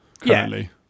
currently